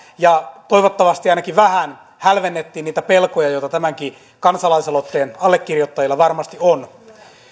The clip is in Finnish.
ja toivottavasti ainakin vähän hälvennettiin niitä pelkoja joita tämänkin kansalais aloitteen allekirjoittajilla varmasti on